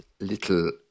little